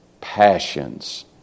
passions